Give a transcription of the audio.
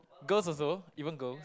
girls also even girl